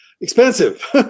expensive